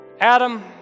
Adam